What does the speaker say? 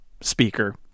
speaker